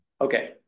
okay